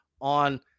on